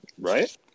Right